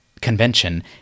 convention